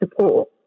support